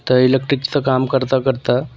तर इलेक्ट्रिकचं काम करता करता